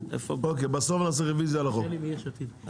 בסוף נעשה רביזיה על החוק.